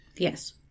Yes